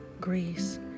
Greece